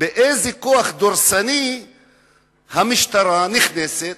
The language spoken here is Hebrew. באיזה כוח דורסני המשטרה נכנסת.